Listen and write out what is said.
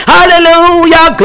Hallelujah